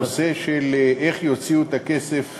הנושא של איך יוציאו את הכסף,